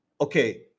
okay